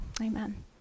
Amen